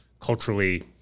culturally